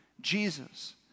Jesus